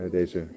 deze